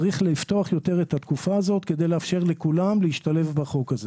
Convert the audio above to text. צריך לפתוח יותר את התקופה הזאת כדי לאפשר לכולם להשתלב בחוק הזה.